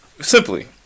Simply